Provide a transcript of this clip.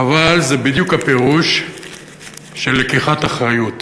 אבל זה בדיוק הפירוש של לקיחת אחריות.